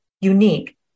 unique